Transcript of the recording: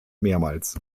mehrmals